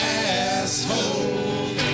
asshole